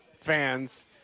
fans